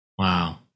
Wow